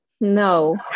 no